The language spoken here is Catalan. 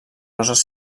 roses